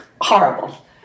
horrible